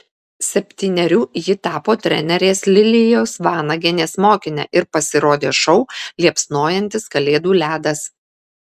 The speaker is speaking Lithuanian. septynerių ji tapo trenerės lilijos vanagienės mokine ir pasirodė šou liepsnojantis kalėdų ledas